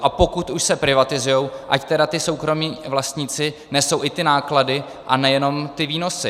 A pokud už se privatizují, ať tedy ti soukromí vlastníci nesou i ty náklady a nejenom ty výnosy.